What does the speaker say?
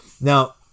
Now